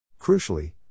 Crucially